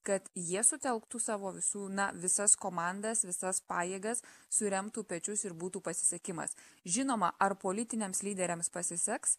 kad jie sutelktų savo visų na visas komandas visas pajėgas suremtų pečius ir būtų pasisekimas žinoma ar politiniams lyderiams pasiseks